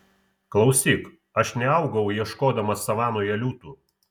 klausyk aš neaugau ieškodamas savanoje liūtų